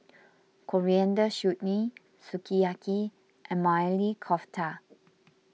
Coriander Chutney Sukiyaki and Maili Kofta